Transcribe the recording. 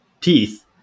teeth